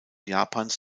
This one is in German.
japans